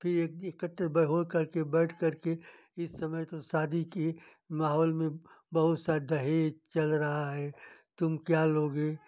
फिर एक इकट्टे ब होकर के बैठकर के इस समय तो शादी की माहौल में बहुत सा दहेज चल रहा है तुम क्या लोगे